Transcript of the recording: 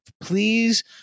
please